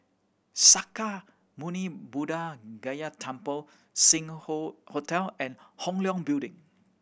Sakya Muni Buddha Gaya Temple Sing Hoe Hotel and Hong Leong Building